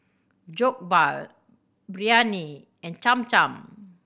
Jokbal Biryani and Cham Cham